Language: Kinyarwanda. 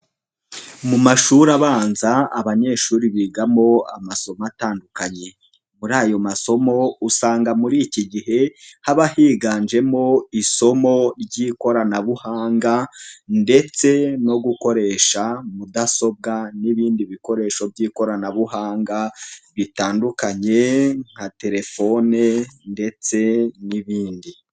Mu mashuri abanza abanyeshuri bigamo amasomo atandukanye, muri ayo masomo usanga muri iki gihe haba higanjemo isomo ry'ikoranabuhanga ndetse no gukoresha mudasobwa n'ibindi bikoresho by'ikoranabuhanga bitandukanye nka telefone ndetse n'ibindi.